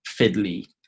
fiddly